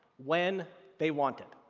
when they want it.